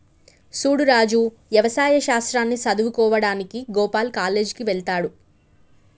సూడు రాజు యవసాయ శాస్త్రాన్ని సదువువుకోడానికి గోపాల్ కాలేజ్ కి వెళ్త్లాడు